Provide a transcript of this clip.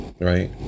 right